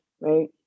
right